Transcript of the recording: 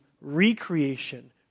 recreation